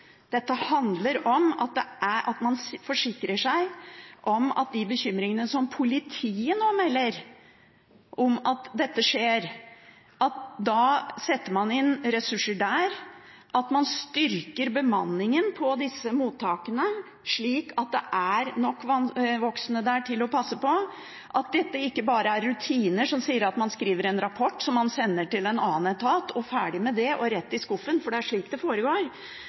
Bekymringene som politiet nå melder om, handler om at man forsikrer seg om å sette inn ressurser, at man styrker bemanningen på mottakene slik at det er nok voksne der til å passe på, og at dette ikke bare er rutiner som sier at man skriver en rapport som man sender til en annen etat og ferdig med det og rett i skuffen – for det er slik det foregår.